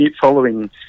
following